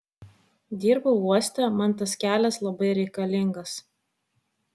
dirbu uoste man tas kelias labai reikalingas